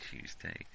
Tuesday